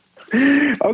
Okay